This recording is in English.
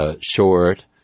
short